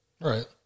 Right